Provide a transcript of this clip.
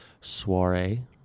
soiree